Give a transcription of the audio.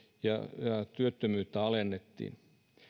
ja työttömyyttä alennettiin